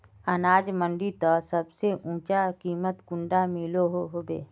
अनाज मंडीत सबसे ऊँचा कीमत कुंडा मिलोहो होबे?